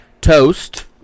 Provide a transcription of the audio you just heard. Toast